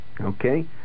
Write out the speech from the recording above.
Okay